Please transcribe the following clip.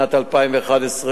שנת 2011,